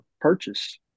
purchase